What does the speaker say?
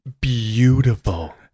beautiful